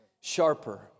sharper